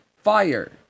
Fire